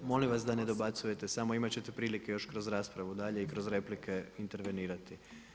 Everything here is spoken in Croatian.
Molim vas da ne dobacujte samo, imat ćete prilike kroz raspravu dalje i kroz replike intervenirati.